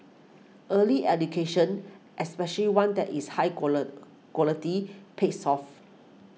early education especially one that is high quality pays off